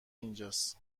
اینجاس